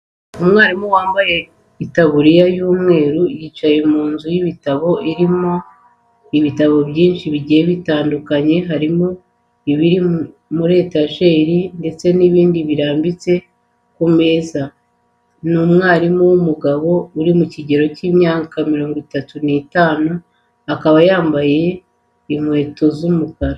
Umwarimu wambaye itaburiya y'umweru yicaye mu nzu y'ibitabo irimo ibitabo byinshi bigiye bitandukanye, harimo ibiri muri etajeri ndetse n'ibindi birambitse ku meza. Ni umwarimu w'umugabo uri mu kigero cy'imyaka mirongo itatu n'itanu akaba yambaye inkweto z'umukara.